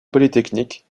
polytechnique